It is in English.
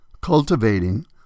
cultivating